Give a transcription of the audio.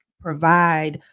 provide